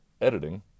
editing